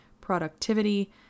productivity